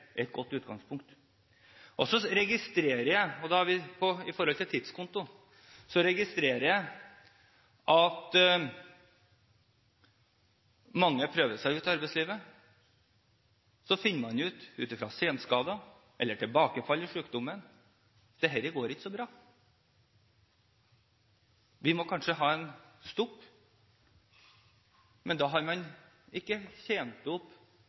et godt utgangspunkt. Når det gjelder tidskonto, registrerer jeg at mange prøver seg litt i arbeidslivet. Så finner man ut, på grunn av senskader eller tilbakefall av sykdommen, at dette ikke går så bra, man må kanskje ha en stopp. Men da har man ikke tjent opp